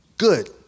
Good